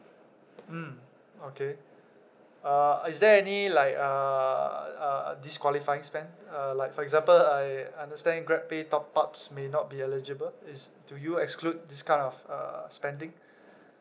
mm okay uh is there any like uh uh disqualifying spend uh like for example I understand grab pay top ups may not be eligible is do you exclude this kind of uh spending